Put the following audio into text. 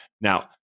now